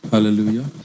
Hallelujah